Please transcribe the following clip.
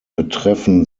betreffen